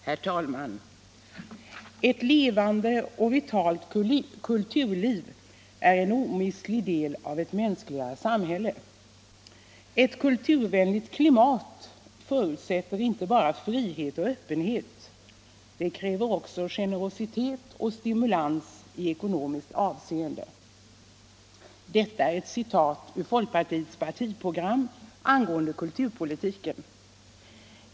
Herr talman! ”Ett levande och vitalt kulturliv är en omistlig del av ett mänskligare samhälle. — Ett kulturvänligt klimat förutsätter inte bara frihet och öppenhet. Det kräver också generositet och stimulans i ekonomiskt avseende.” Detta är ett citat ur folkpartiets partiprogram angående kulturpolitiken.